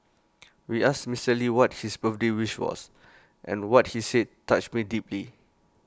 we asked Mister lee what his birthday wish was and what he said touched me deeply